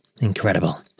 Incredible